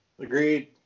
Agreed